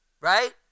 right